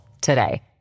today